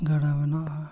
ᱜᱟᱰᱟ ᱵᱮᱱᱟᱣᱜᱼᱟ